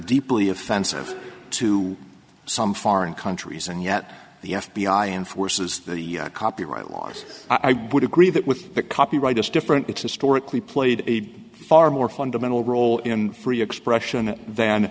deeply offensive to some foreign countries and yet the f b i enforces the copyright laws i would agree that with the copyright is different it's historically played a far more fundamental role in free expression th